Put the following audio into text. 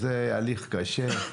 זה הליך קשה,